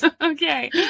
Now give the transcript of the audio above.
okay